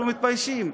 אנחנו מתביישים.